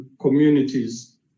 communities